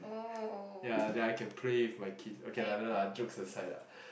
ya then I can play with my kids okay lah no lah jokes aside lah